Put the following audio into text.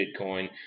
Bitcoin